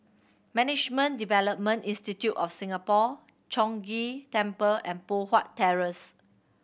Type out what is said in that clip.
Management Development Institute of Singapore Chong Ghee Temple and Poh Huat Terrace